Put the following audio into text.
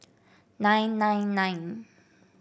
nine nine nine